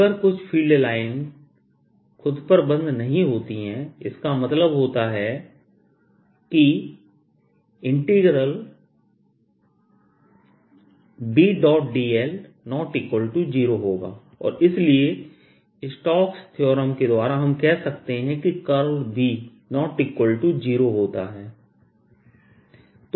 अगर कुछ फ़ील्ड लाइनें खुद पर बंद नहीं होती हैं इसका मतलब होता है कि इसका मतलब है कि Bdl≠0 होगा और इसलिए स्टोक्स थ्योरमStokes Theorem के द्वारा हम कह सकते हैं कि B≠0 होता है